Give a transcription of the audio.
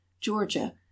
Georgia